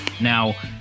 Now